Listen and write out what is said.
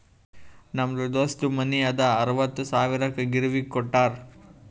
ನಮ್ ದೋಸ್ತದು ಮನಿ ಅದಾ ಅರವತ್ತ್ ಸಾವಿರಕ್ ಗಿರ್ವಿಗ್ ಕೋಟ್ಟಾರ್